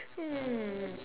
hmm